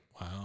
Wow